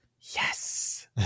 yes